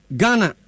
Ghana